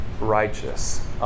righteous